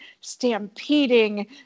stampeding